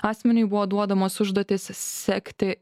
asmeniui buvo duodamos užduotys sekti